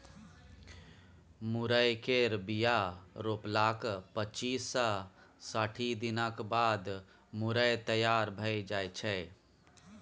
मुरय केर बीया रोपलाक पच्चीस सँ साठि दिनक बाद मुरय तैयार भए जाइ छै